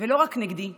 ולא רק נגדי אלא,